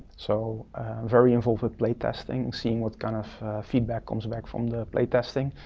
so very involved with play testing, seeing what kind of feedback comes back from the play testing,